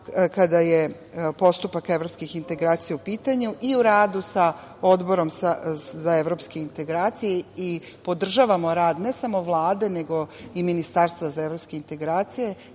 kada je postupak evropskih integracija u pitanju i u radu sa Odborom za evropske integracije i podržavamo rad ne samo Vlade, nego i Ministarstva za evropske integracije